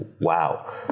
wow